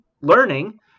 learning